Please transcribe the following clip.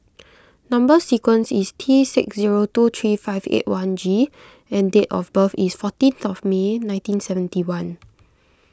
Number Sequence is T six zero two three five eight one G and date of birth is fourteenth May nineteen seventy one